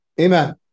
Amen